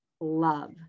love